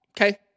okay